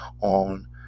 on